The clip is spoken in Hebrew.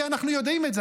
כי אנחנו יודעים את זה.